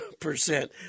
percent